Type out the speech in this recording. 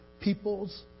peoples